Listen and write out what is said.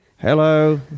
Hello